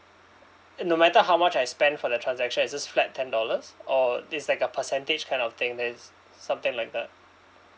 no matter how much I spend for the transaction it's just flat ten dollars or it's like a percentage kind of thing that is something like that